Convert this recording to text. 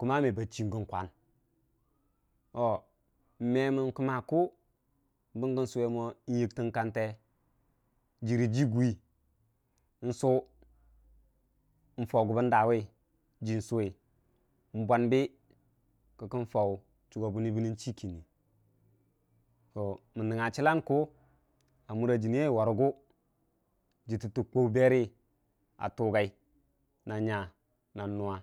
me ba chii gən kwan me mən kəmma ku bəngə nsuwe mo yiktən kante jirə jiguwi neu mən jau gʊ bən dawu jin sumi kə kən jau chugobʊni bənən chii kini mən nəngnga chəllang ku a mura gəttə kwawu berə ajugai nən nuwa.